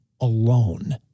alone